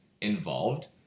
involved